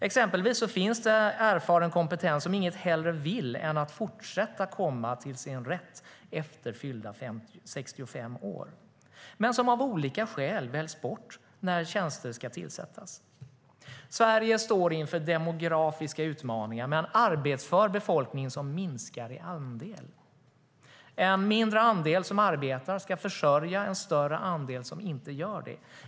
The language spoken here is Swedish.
Exempelvis finns det erfaren kompetens som inget hellre vill än att fortsätta komma till sin rätt efter fyllda 65 år, men av olika skäl väljs de bort när tjänster ska tillsättas. Sverige står inför demografiska utmaningar med en arbetsför befolkning vars andel minskar. En mindre andel som arbetar ska försörja en större andel som inte gör det.